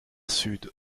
sud